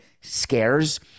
scares